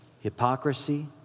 hypocrisy